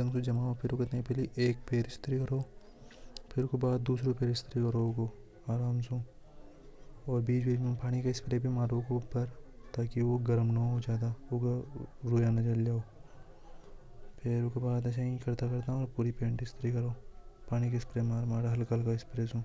को जमा हो फिर एक पर स्त्री करो फिर ऊके बाद दूसरों पर स्त्री करो और आराम से ऊपर ताकि। वह गर्म ना हो ज्यादा होगा फिर उसके बाद ऐसा ही करता करता हूं पूरी पेंट स्त्री करो पानी की स्क्रीन मार मार हल्का स्प्रे सु।